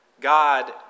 God